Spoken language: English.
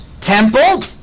Temple